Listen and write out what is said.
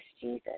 Jesus